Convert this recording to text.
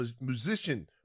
musician